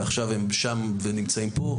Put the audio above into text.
ועכשיו הם נמצאים פה.